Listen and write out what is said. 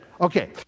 Okay